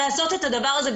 לעשות את הדבר הזה,